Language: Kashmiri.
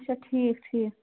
اَچھا ٹھیٖک ٹھیٖک